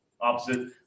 Opposite